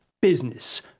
business